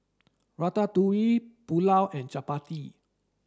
Ratatouille Pulao and Chapati